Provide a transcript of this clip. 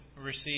receive